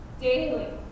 daily